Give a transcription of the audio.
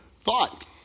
thought